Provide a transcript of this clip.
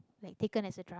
like taken as a drug